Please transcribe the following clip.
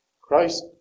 Christ